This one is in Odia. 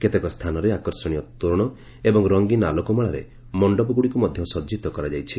କେତେକ ସ୍ଥାନରେ ଆକର୍ଷଣୀୟ ତୋରଣ ଏବଂ ରଙ୍ଗୀନ ଆଲୋକମାଳାରେ ମଣ୍ଡପଗୁଡ଼ିକୁ ମଧ୍ଧ ସଜିତ କରାଯାଇଛି